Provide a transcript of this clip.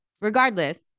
Regardless